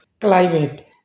climate